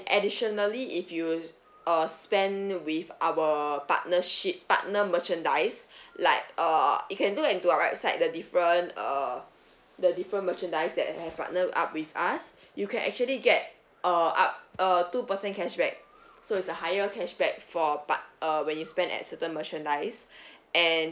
additionally if you uh spend with our partnership partner merchandise like err you can go into our website the different err the different merchandise that have partnered up with us you can actually get err up a two percent cashback so is a higher cashback for part~ err when you spend at certain merchandise and